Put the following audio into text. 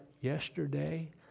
yesterday